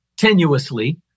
tenuously